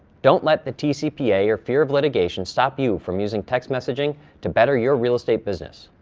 don't let the tcpa or fear of litigation stop you from using text messaging to better your real estate business.